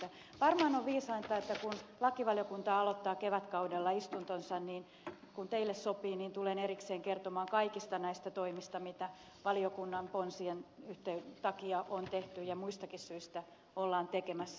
varmaan on viisainta että kun lakivaliokunta aloittaa kevätkaudella istuntonsa niin kun teille sopii tulen erikseen kertomaan kaikista näistä toimista mitä valiokunnan ponsien takia on tehty ja muistakin syistä ollaan tekemässä